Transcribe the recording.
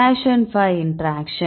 cation by interaction